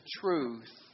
truth